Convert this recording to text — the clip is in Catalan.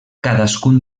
cadascun